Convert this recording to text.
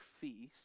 feast